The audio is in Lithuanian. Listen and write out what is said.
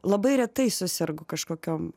labai retai susergu kažkokiom